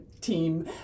team